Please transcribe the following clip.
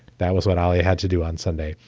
that was what all you had to do on sunday.